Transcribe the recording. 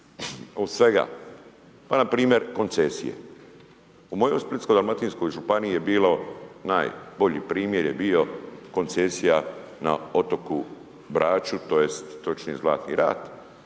od svega. Pa npr. koncesije. U mojoj Splitsko-dalmatinskoj županiji najbolji primjer je bio koncesija na otoku Braču, tj. točnije Zlatni rat